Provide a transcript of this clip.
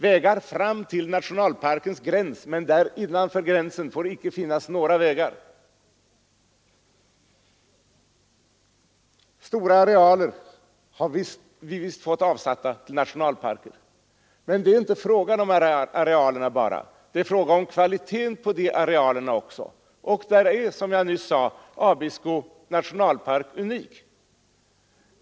Vägar fram till nationalparkens gräns må så vara, men innanför gränsen hade det inte bort byggas några vägar. Visst har vi fått stora arealer avsatta till nationalparker, men det är inte bara fråga om arealernas storlek, utan det är också fråga om kvaliteten. Därvidlag är, som jag nyss sade, Abisko nationalpark unik.